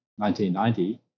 1990